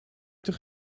toch